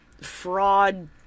fraud